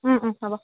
হ'ব